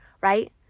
right